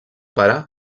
pare